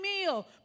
meal